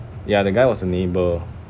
ya the guy was a neighbor